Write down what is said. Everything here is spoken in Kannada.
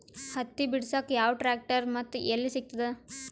ಹತ್ತಿ ಬಿಡಸಕ್ ಯಾವ ಟ್ರ್ಯಾಕ್ಟರ್ ಮತ್ತು ಎಲ್ಲಿ ಸಿಗತದ?